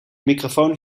microfoon